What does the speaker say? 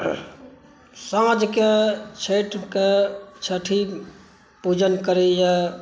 साँझके छठिके छठि पूजन करै यऽ